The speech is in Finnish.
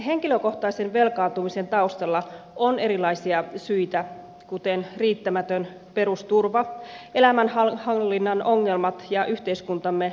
henkilökohtaisen velkaantumisen taustalla on erilaisia syitä kuten riittämätön perusturva elämänhallinnan ongelmat ja yhteiskuntamme kulutuskäyttäytyminen